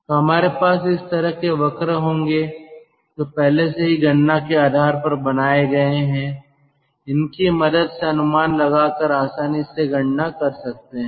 तो हमारे पास इस तरह के वक्र होंगे जो पहले से ही गणना के आधार पर बनाए गए हैं इनकी मदद से अनुमान लगाकर आसानी से गणना कर सकते हैं